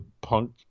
Punk